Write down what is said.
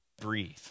breathe